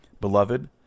Beloved